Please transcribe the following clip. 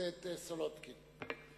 הכנסת סולודקין.